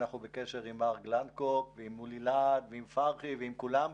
אנחנו בקשר עם מולי להד, עם פרחי ועם כולם.